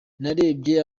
narebye